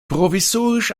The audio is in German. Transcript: provisorisch